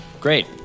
Great